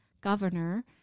governor